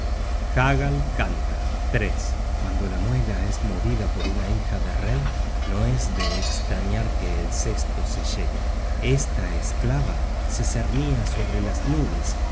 hagal canta cuando la muela es movida por una hija de rey no es de estrañar que el cesto se llene esta esclava se cernia sobre las nubes